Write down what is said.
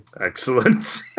Excellent